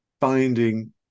finding